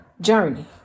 journey